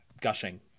gushing